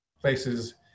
places